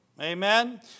Amen